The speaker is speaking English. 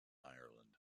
ireland